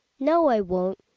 no, i won't,